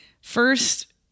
first